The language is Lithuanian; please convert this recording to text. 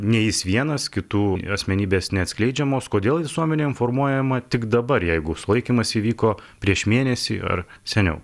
ne jis vienas kitų asmenybės neatskleidžiamos kodėl visuomenė informuojama tik dabar jeigu sulaikymas įvyko prieš mėnesį ar seniau